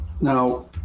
Now